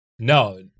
No